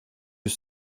yüz